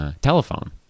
Telephone